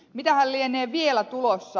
mitähän lienee vielä tulossa